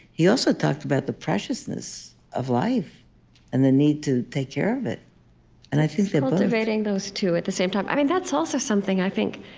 he also talked about the preciousness of life and the need to take care of it, and i think they're both cultivating those two at the same time. i mean, that's also something i think